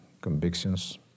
convictions